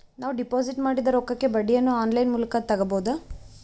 ನಾವು ಡಿಪಾಜಿಟ್ ಮಾಡಿದ ರೊಕ್ಕಕ್ಕೆ ಬಡ್ಡಿಯನ್ನ ಆನ್ ಲೈನ್ ಮೂಲಕ ತಗಬಹುದಾ?